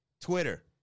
Twitter